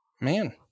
Man